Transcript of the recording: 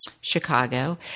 Chicago